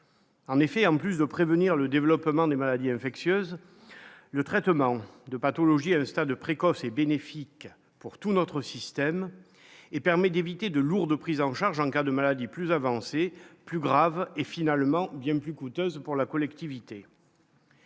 en effet, en plus de prévenir le développement des maladies infectieuses, le traitement de pathologies un stade précoce et bénéfique pour tout notre système et permet d'éviter de lourdes prises en charge en cas de maladie plus avancé plus grave et finalement bien plus coûteuse pour la collectivité.